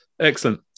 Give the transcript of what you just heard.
Excellent